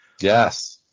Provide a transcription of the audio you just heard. yes